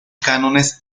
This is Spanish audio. cánones